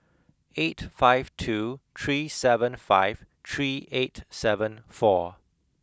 eight five two three seven five three eight seven four